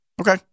Okay